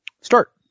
Start